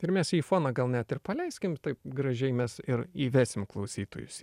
ir mes jį į foną gal net ir paleiskim taip gražiai mes ir įvesim klausytojus į